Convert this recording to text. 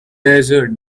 desert